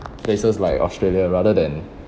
places like australia rather than